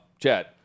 Chad